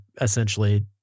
essentially